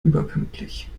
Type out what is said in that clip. überpünktlich